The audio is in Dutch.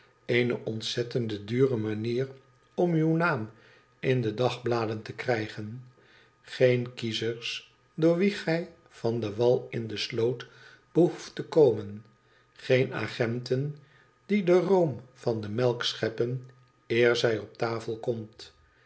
eene ontzettend dure manier om uw naam in de dagbladen te krijgen geen kiezers door wie gij van den wal in de sloot behoeft te komen geen agenten die den room van de melk scheppen eer zij op tafel komt